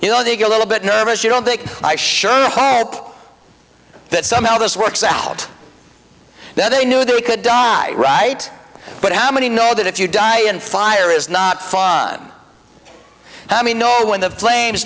you know they get a little bit nervous you don't think i sure hope that somehow this works out that they knew they could die right but how many know that if you die and fire is not fun i mean know when the fla